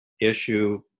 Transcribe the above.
issue